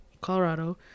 Colorado